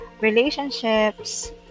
relationships